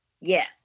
yes